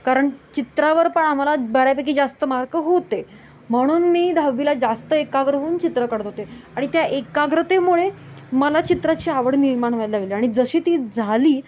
कारण चित्रावर पण आम्हाला बऱ्यापैकी जास्त मार्क होते म्हणून मी दहावीला जास्त एकाग्र होऊन चित्र काढत होते आणि त्या एकाग्रतेमुळे मला चित्राची आवड निर्माण व्हायला लागली आणि जशी ती झाली